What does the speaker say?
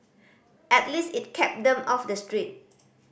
at least it kept them off the street